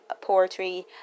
poetry